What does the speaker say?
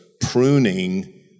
pruning